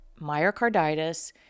myocarditis